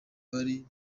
bari